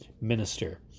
minister